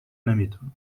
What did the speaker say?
نمیتونم